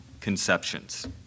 conceptions